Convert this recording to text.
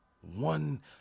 one